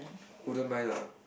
wouldn't mind lah